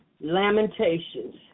Lamentations